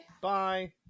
Bye